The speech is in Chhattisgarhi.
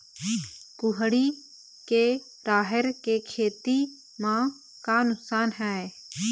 कुहड़ी के राहेर के खेती म का नुकसान हे?